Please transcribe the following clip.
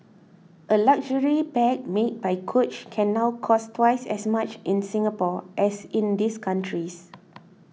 a luxury bag made by coach can now cost twice as much in Singapore as in these countries